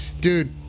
dude